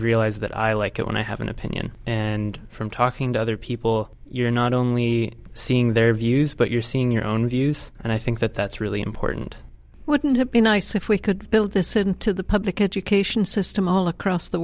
realized that i like it when i have an opinion and from talking to other people you're not only seeing their views but you're seeing your own views and i think that that's really important wouldn't it be nice if we could build this into the public education system all across the